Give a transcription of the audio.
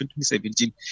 2017